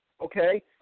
okay